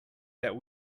that